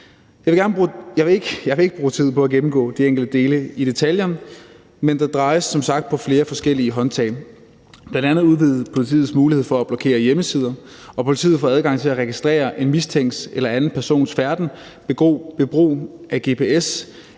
Jeg vil ikke bruge tid på at gennemgå de enkelte dele i detaljer, men der drejes som sagt på flere forskellige håndtag; bl.a. udvides politiets mulighed for at blokere hjemmesider, og politiet får adgang til at registrere en mistænkts eller anden persons færden ved brug af gps